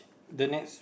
the next